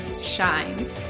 shine